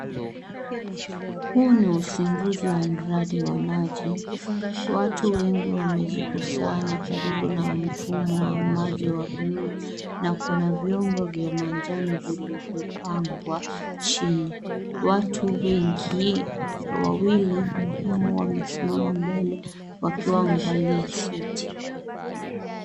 Huu ni uzinduzi wa mradi wa maji, watu wengi wamejikusanya karibu na mfumo wa maji wa bluu na kuna vyombo vya manjano vilivyopangwa chini. watu wengi wawili muhimu wamesimama mbele wakiwa wamevalia suti.